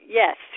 yes